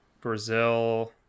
Brazil